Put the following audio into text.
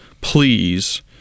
Please